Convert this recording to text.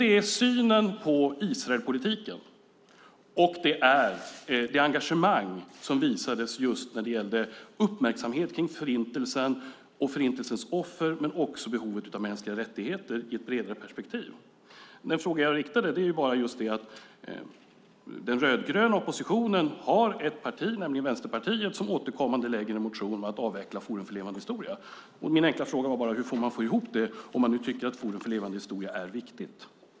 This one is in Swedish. Det är i fråga om synen på Israelpolitiken och i fråga om det engagemang som visades just när det gällde uppmärksamhet kring Förintelsen och Förintelsens offer men också när det gällde behovet av mänskliga rättigheter i ett bredare perspektiv. Den fråga som jag ställde handlade om att den rödgröna oppositionen har ett parti, nämligen Vänsterpartiet, som återkommande motionerar om att Forum för levande historia ska avvecklas. Min enkla fråga var bara: Hur får man ihop det om man nu tycker att Forum för levande historia är viktigt?